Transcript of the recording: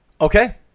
Okay